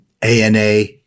ANA